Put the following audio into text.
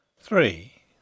Three